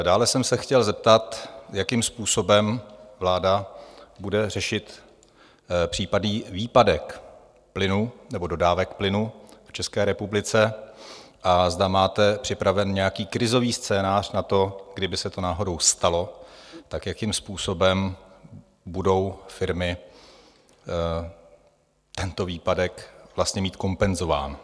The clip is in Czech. Dále jsem se chtěl zeptat, jakým způsobem vláda bude řešit případný výpadek plynu nebo dodávek plynu v České republice a zda máte připravený nějaký krizový scénář na to, kdyby se to náhodou stalo, tak jakým způsobem budou firmy tento výpadek vlastně mít kompenzován.